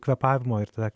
kvėpavimo ir tada